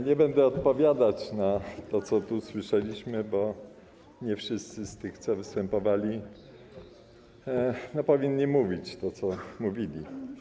Nie będę odpowiadać na to, co tu usłyszeliśmy, bo nie wszyscy z tych, co występowali, powinni mówić to, co mówili.